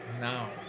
now